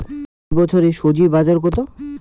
এ বছর স্বজি বাজার কত?